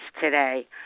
today